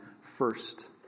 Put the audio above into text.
first